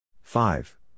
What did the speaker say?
Five